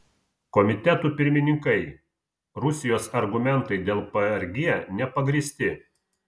komitetų pirmininkai rusijos argumentai dėl prg nepagrįsti